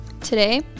Today